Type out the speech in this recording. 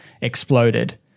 exploded